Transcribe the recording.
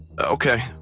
Okay